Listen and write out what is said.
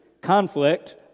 Conflict